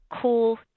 cool